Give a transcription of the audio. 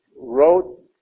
wrote